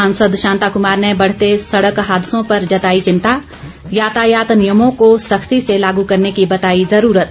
सांसद शांता कुमार ने बढ़ते सड़क हादसों पर जताई चिंता यातायात नियमों को सख्ती से लागू करने की बताई जरूरत